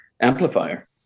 amplifier